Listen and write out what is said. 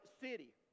city